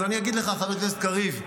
אז אני אגיד לך, חבר הכנסת קריב: